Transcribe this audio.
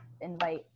invite